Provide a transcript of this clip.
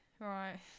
right